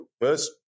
First